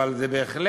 אבל זה בהחלט